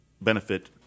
benefit